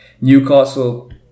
Newcastle